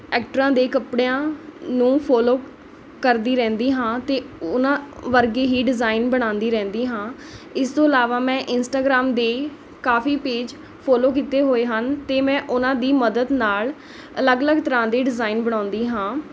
ਐਕਟਰਾਂ ਦੇ ਕੱਪੜਿਆਂ ਨੂੰ ਫੋਲੋ ਕਰਦੀ ਰਹਿੰਦੀ ਹਾਂ ਅਤੇ ਉਹਨਾਂ ਵਰਗੇ ਹੀ ਡਿਜ਼ਾਇਨ ਬਣਾਉਂਦੀ ਰਹਿੰਦੀ ਹਾਂ ਇਸ ਤੋਂ ਇਲਾਵਾ ਮੈਂ ਇੰਸਟਾਗ੍ਰਾਮ ਦੇ ਕਾਫੀ ਪੇਜ ਫੋਲੋ ਕੀਤੇ ਹੋਏ ਹਨ ਅਤੇ ਮੈਂ ਉਹਨਾਂ ਦੀ ਮਦਦ ਨਾਲ ਅਲੱਗ ਅਲੱਗ ਤਰ੍ਹਾਂ ਦੇ ਡਿਜ਼ਾਇਨ ਬਣਾਉਂਦੀ ਹਾਂ